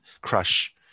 crush